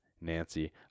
Nancy